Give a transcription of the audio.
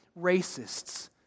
racists